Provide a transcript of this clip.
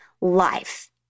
life